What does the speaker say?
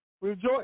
rejoice